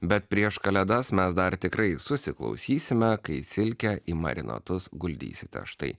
bet prieš kalėdas mes dar tikrai susiklausysime kai silkęį marinatus guldysite štai